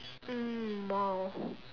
mm !wow!